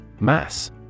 Mass